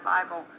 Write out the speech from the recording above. Bible